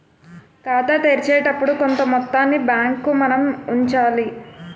ఖాతా తెరిచేటప్పుడు కొంత మొత్తాన్ని బ్యాంకుకు మనం ఉంచాలి